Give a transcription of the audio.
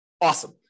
Awesome